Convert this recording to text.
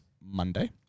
Monday